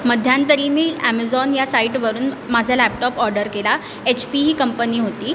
मध्यंतरी मी ॲमेझॉन या साइटवरून माझा लॅपटॉप ऑर्डर केला एच पीही कंपनी होती